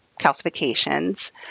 calcifications